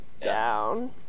down